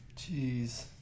Jeez